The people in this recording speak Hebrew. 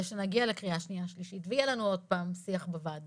שנגיע לקריאה שנייה ושלישית ויהיה לנו עוד פעם שיח בוועדה.